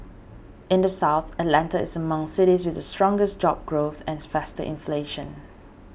in the South Atlanta is among cities with the stronger job growth and faster inflation